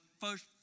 first